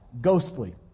ghostly